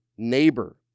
Neighbor